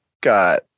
got